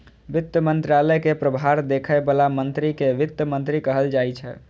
वित्त मंत्रालय के प्रभार देखै बला मंत्री कें वित्त मंत्री कहल जाइ छै